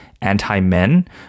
anti-men